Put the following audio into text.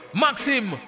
Maxim